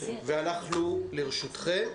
אנחנו לרשותכם.